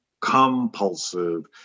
compulsive